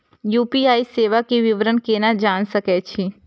UPI सेवा के विवरण केना जान सके छी?